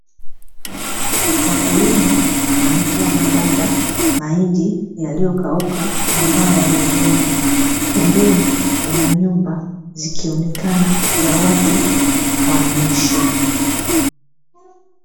Wakulima wanatoa maganda Mahindi yaliyo kauka, ambayo wamevuna, pembeni kuna nyumba zikionekana za watu wanaishi.